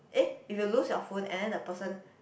um if you lose your phone and then the person